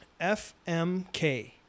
FMK